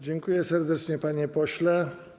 Dziękuję serdecznie, panie pośle.